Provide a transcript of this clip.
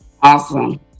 Awesome